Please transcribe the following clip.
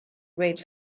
great